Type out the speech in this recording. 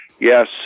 Yes